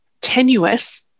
tenuous